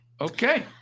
Okay